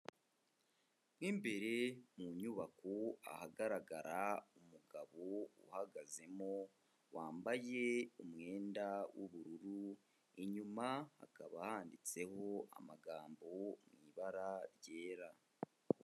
Mu imbere mu nyubako ahagaragara umugabo uhagazemo wambaye umwenda w'ubururu, inyuma hakaba handitseho amagambo mu ibara ryera.